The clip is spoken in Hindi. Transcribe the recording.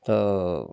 तो